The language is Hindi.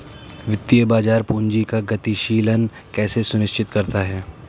वित्तीय बाजार पूंजी का गतिशीलन कैसे सुनिश्चित करता है?